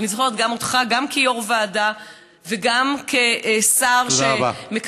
אני זוכרת גם אותך גם כיו"ר ועדה וגם כשר שמקדם,